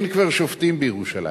כבר אין שופטים בירושלים.